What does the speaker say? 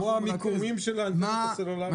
זה כמו המיקומים של האנטנות הסלולריות.